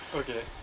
okay